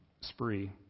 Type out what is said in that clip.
spree